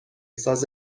ساز